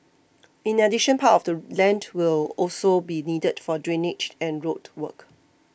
in addition part of the land will also be needed for drainage and road work